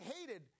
hated